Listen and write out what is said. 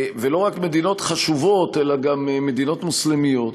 ולא רק מדינות חשובות, אלא גם מדינות מוסלמיות,